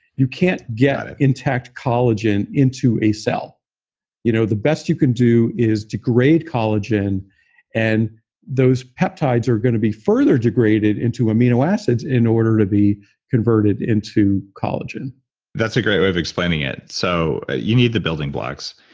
you can't get intact collagen into a cell you know the best you can do is degrade collagen and those peptides are going to be further degraded into amino acids in order to be converted into collagen that's a great way of explaining it. so ah you need the building blocks.